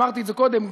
אמרתי את זה קודם,